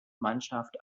mannschaft